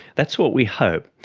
that's what we hope,